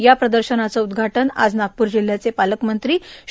या प्रदर्शनाचं उद्दघाटन आज नागपूर जिल्ह्याचे पालकमंत्री श्री